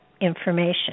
information